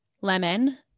lemon